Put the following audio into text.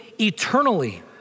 eternally